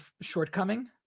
shortcoming